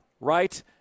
right